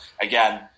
again